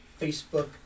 Facebook